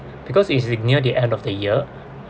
because it's the near the end of the year